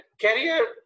Career